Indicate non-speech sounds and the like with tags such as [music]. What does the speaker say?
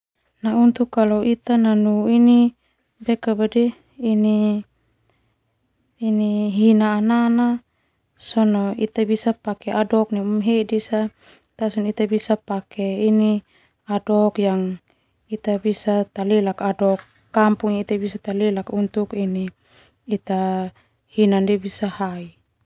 Na untuk kalo ita nanu ini [hesitation] nanu hina anana sona ita bisa pake aidok uma hedis ita bisa pake ini aidok yang ita bisa talelak uma hedis untuk hina bisa hai.